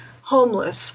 homeless